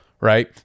right